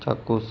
চাক্ষুষ